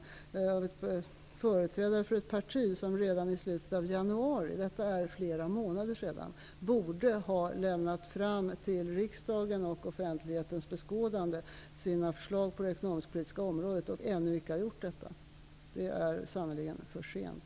Martin Nilsson är företrädare för ett parti som redan i slutet av januari -- detta är flera månader sedan -- borde ha lämnat fram sina förslag på det ekonomisk-politiska området till riksdagen och offentlighetens beskådande. Man har ännu icke gjort detta. Det är sannerligen för sent.